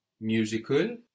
Musical